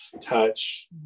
touch